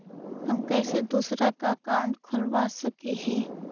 हम कैसे दूसरा का अकाउंट खोलबा सकी ही?